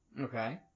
Okay